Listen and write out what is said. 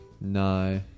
no